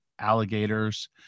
alligators